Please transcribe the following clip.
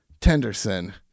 Tenderson